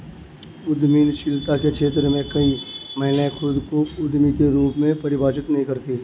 उद्यमशीलता के क्षेत्र में कई महिलाएं खुद को उद्यमी के रूप में परिभाषित नहीं करती